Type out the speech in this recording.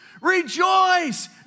rejoice